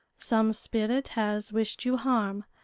some spirit has wished you harm.